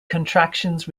contractions